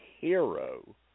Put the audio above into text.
hero